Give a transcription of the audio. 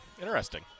Interesting